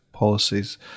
policies